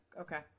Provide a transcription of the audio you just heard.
Okay